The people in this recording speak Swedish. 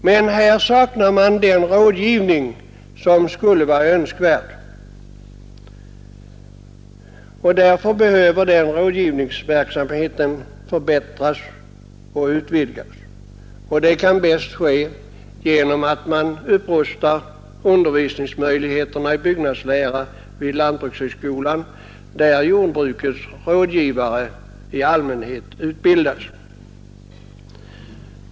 Men här saknar man den rådgivning som skulle vara önskvärd; rådgivningsverksamheten behöver förbättras och utvidgas. Det kan bäst ske genom en upprustning av undervisningen i byggnadslära vid lantbrukshögskolan, där jordbrukets rådgivare i allmänhet utbildas.